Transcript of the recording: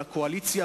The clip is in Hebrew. אדוני,